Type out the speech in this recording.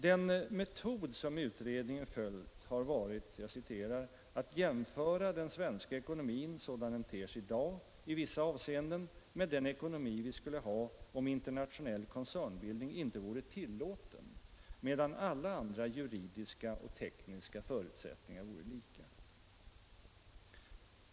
Den metod som utredningen följt har varit ”att jämföra den svenska ekonomin sådan den ter sig i dag i vissa avseenden med den ekonomi vi skulle ha om internationell koncernbildning inte vore tillåten, medan alla andra juridiska och tekniska förutsättningar vore lika”.